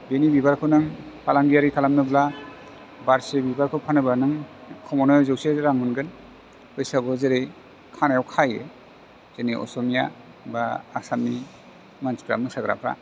बेनि बिबारखौ नों फालांगियारि खालामनोब्ला बारसे बिबारखौ फानोबा नों खमावनो जौसे रां मोनगोन बैसागुआव जेरै खानायाव खायो जोंनि असमिया बा आसामनि मानसिफ्रा मोसाग्राफ्रा